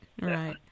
Right